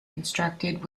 constructed